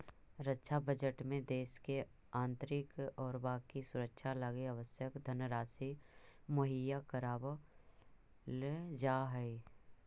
रक्षा बजट में देश के आंतरिक और बाकी सुरक्षा लगी आवश्यक धनराशि मुहैया करावल जा हई